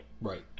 Right